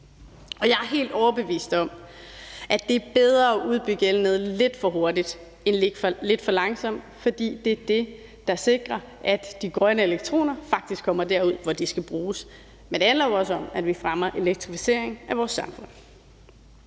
Jeg er helt overbevist om, at det er bedre at udbygge elnettet lidt for hurtigt end lidt for langsomt, for det er det, der sikrer, at de grønne elektroner faktisk kommer derud, hvor de skal bruges. Men det handler også om, at vi fremmer elektrificeringen af vores samfund.